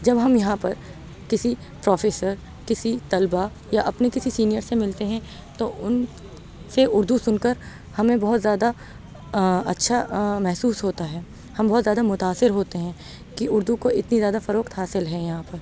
جب ہم یہاں پر کسی پروفیسر کسی طلبہ یا اپنے کسی سینیئر سے ملتے ہیں تو ان سے اردو سن کر ہمیں بہت زیادہ اچھا محسوس ہوتا ہے ہم بہت زیادہ متأثر ہوتے ہیں کہ اردو کو اتنی زیادہ فروخت حاصل ہے یہاں پر